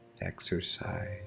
exercise